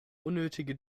unnötige